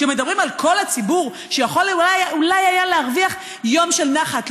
כשמדברים על כל הציבור שאולי היה יכול להרוויח יום של נחת,